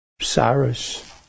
Cyrus